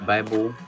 Bible